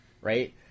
Right